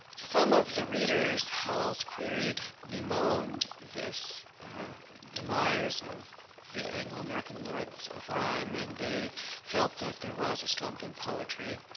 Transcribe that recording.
some of the readers howells queried bemoaned this demise of the anglo-american lords of rhyme and they felt that there was a slump in poetry.